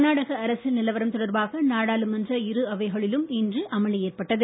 கர்நாடக அரசியல் நிலவரம் தொடர்பாக நாடாளுமன்ற இரு அவைகளிலும் இன்று அமளி ஏற்பட்டது